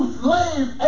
slaves